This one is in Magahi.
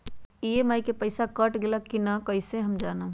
ई.एम.आई के पईसा कट गेलक कि ना कइसे हम जानब?